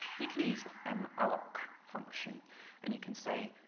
you can use the um malloc function and you can say,